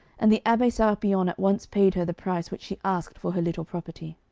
and the abbe serapion at once paid her the price which she asked for her little property.